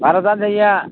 வர்ற தான் செய்யும்